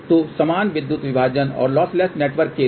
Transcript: तो समान विद्युत विभाजन और लॉसलेस नेटवर्क के लिए